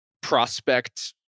prospect